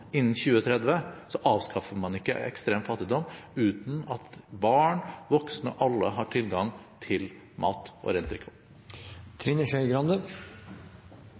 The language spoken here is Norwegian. innen 2030, avskaffer man ikke den uten at barn, voksne – alle – har tilgang til mat og